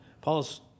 Paul's